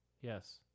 Yes